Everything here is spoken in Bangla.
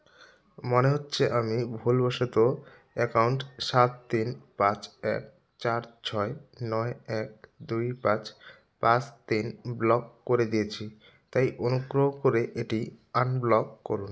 মনে হচ্ছে আমি ভুলবশত অ্যাকাউন্ট সাত তিন পাঁচ এক চার ছয় নয় এক দুই পাঁচ পাঁচ তিন ব্লক করে দিয়েছি তাই অনুগ্রহ করে এটি আনব্লক করুন